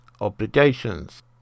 obligations